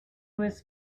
was